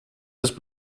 ist